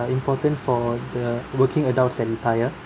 important for the working adults that retire